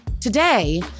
Today